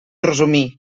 resumir